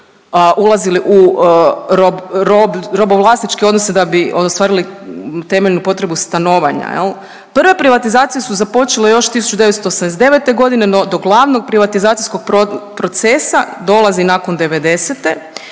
rob…, robovlasničke odnose da bi ostvarili temeljnu potrebu stanovanja jel. Prve privatizacije su započele još 1979.g., no do glavnog privatizacijskog procesa dolazi nakon '90.-te